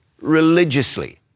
religiously